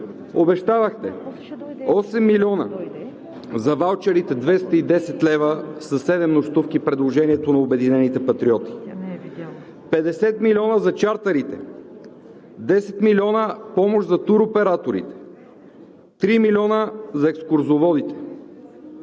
Обещавахте 8 милиона за ваучерите, 210 лв. със 7 нощувки – предложението на „Обединени патриоти“, 50 милиона за чартърите, 10 милиона помощ за туроператорите, 3 милиона за екскурзоводите